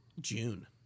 June